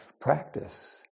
practice